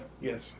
Yes